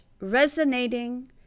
resonating